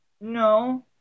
No